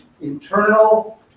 internal